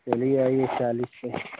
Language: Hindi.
चलिए आइए चालीस पर